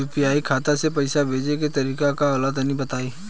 UPI खाता से पइसा भेजे के तरीका का होला तनि बताईं?